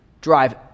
drive